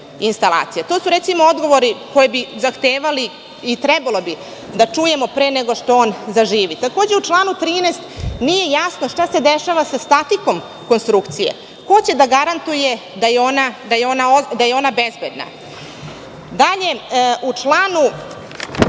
To su, recimo, odgovori koji bi zahtevali i trebalo bi da ih čujemo pre nego što on zaživi. Takođe, u članu 13. nije jasno šta se dešava sa statikom konstrukcije? Ko će da garantuje da je ona bezbedna? Dalje, u članu